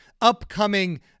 upcoming